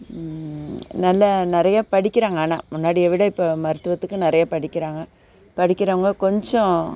நல்ல நிறையா படிக்கின்றாங்க ஆனால் முன்னாடியை விட இப்போ மருத்துவத்துக்கு நிறையா படிக்கின்றாங்க படிக்கிறவங்க கொஞ்சம்